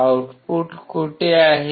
output कुठे आहे